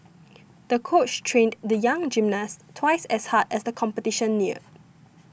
the coach trained the young gymnast twice as hard as the competition neared